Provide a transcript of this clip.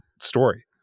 story